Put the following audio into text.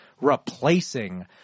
replacing